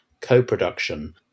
co-production